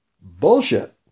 bullshit